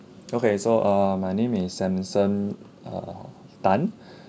okay so err my name is samson err tan